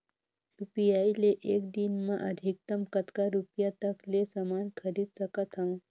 UPI ले एक दिन म अधिकतम कतका रुपिया तक ले समान खरीद सकत हवं?